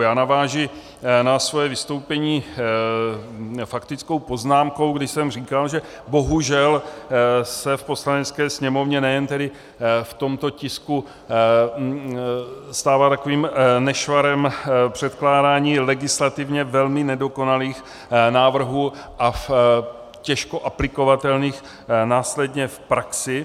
Já navážu na svoje vystoupení faktickou poznámkou, kdy jsem říkal, že bohužel se v Poslanecké sněmovně, nejen tedy v tomto tisku, stává takovým nešvarem předkládání legislativně velmi nedokonalých návrhů a těžko aplikovatelných následně v praxi.